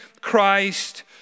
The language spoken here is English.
Christ